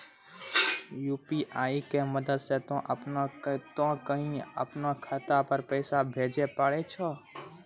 UPI के मदद से तोय कहीं पर अपनो खाता से पैसे भेजै पारै छौ